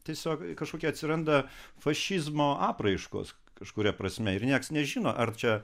tiesiog kažkokie atsiranda fašizmo apraiškos kažkuria prasme ir niekas nežino ar čia